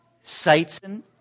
Satan